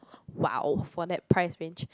!wow! for that price range